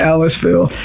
Aliceville